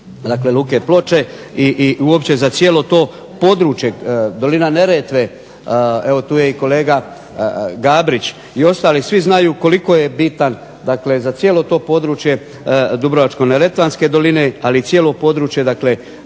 Luke Ploče i uopće za cijelo to područje, dolina Neretve. Evo tu je kolega Gabrić i ostali svi znaju koliko je bitan dakle za cijelo to područje Dubrovačko-neretvanske doline, ali i cijelo područje dakle